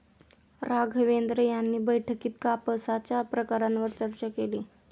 राघवेंद्र यांनी बैठकीत कापसाच्या प्रकारांवर चर्चा केली